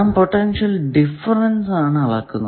നാം potential difference ആണ് അളക്കുന്നത്